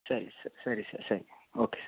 ಸರಿ ಸರ್ ಸರಿ ಸರ್ ಸರಿ ಓಕೆ ಸರ್